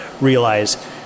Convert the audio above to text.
realize